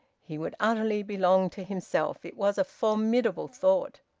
he would utterly belong to himself. it was a formidable thought.